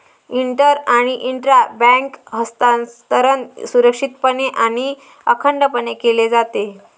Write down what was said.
inter आणि intra bank हस्तांतरण सुरक्षितपणे आणि अखंडपणे केले जाते